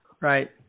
Right